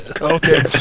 Okay